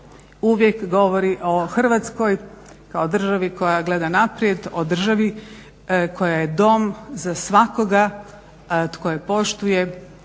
uvijek govori o Hrvatskoj kao državi koja gleda naprijed o državi koja je dom za svakoga tko je poštuje,